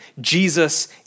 Jesus